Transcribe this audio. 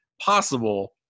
possible